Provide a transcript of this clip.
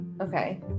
Okay